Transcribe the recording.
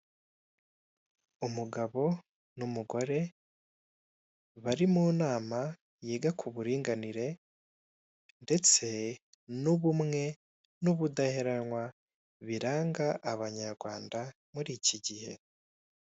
Umugabo n'umugore bari mu naba yiga ku buringanire, ndetse n'ubumwe n'ubudaheranwa biranga abanyarwanda muri iki gihe.